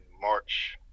March